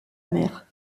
mère